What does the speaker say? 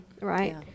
Right